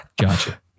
gotcha